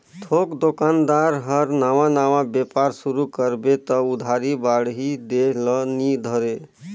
थोक दोकानदार हर नावा नावा बेपार सुरू करबे त उधारी बाड़ही देह ल नी धरे